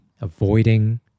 avoiding